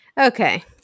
okay